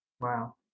Wow